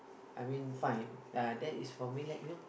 I mean fine ah that is for me like you know